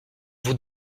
vous